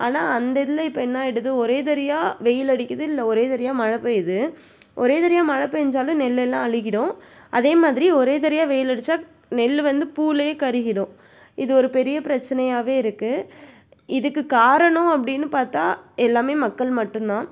ஆனால் அந்த இதில் இப்போ என்னாயிடுது ஒரே தரியா வெயில் அடிக்குது இல்லை ஒரே தரியா மழைப்பெய்யிது ஒரே தரியா மழை பேஞ்சாலும் நெல்லெல்லாம் அழிகிவிடும் அதே மாதிரி ஒரே தரியா வெயில் அடிச்சால் நெல் வந்து பூவிலே கருகிடும் இது ஒரு பெரிய பிரச்சனையாகவே இருக்கு இதுக்கு காரணம் அப்படின்னு பார்த்தா எல்லாமே மக்கள் மட்டும் தான்